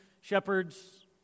shepherds